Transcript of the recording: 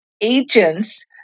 agents